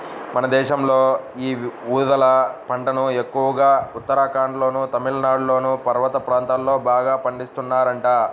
మన దేశంలో యీ ఊదల పంటను ఎక్కువగా ఉత్తరాఖండ్లోనూ, తమిళనాడులోని పర్వత ప్రాంతాల్లో బాగా పండిత్తన్నారంట